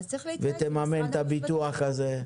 ותממן את הביטוח הזה,